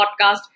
podcast